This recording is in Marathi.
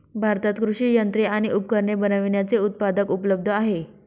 भारतात कृषि यंत्रे आणि उपकरणे बनविण्याचे उत्पादक उपलब्ध आहे